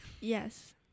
Yes